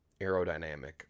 aerodynamic